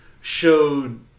showed